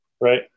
Right